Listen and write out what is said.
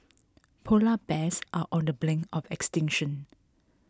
Polar Bears are on the brink of extinction